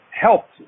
Helped